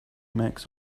makes